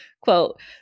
quote